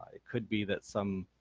it could be that some,